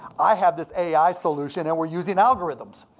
i have this ai solution and we're using algorithms.